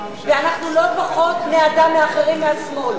ואנחנו לא פחות בני-אדם מאחרים בשמאל.